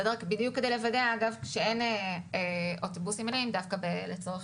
בדיוק כדי לוודא שאין אוטובוסים מלאים לצורך